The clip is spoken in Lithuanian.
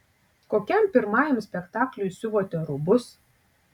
kokiam pirmajam spektakliui siuvote rūbus